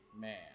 man